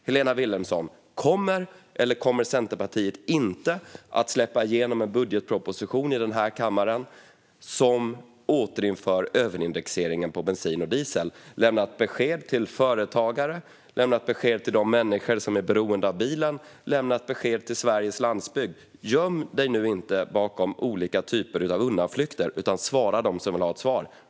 Kommer, eller kommer inte, Centerpartiet att släppa igenom en budgetproposition i den här kammaren som återinför överindexeringen på bensin och diesel, Helena Vilhelmsson? Lämna ett besked till företagare, lämna ett besked till de människor som är beroende av bilen och lämna ett besked till Sveriges landsbygd! Göm dig nu inte bakom olika typer av undanflykter, utan svara dem som vill ha ett svar!